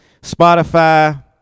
spotify